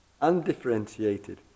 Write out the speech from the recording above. Undifferentiated